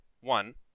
one